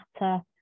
matter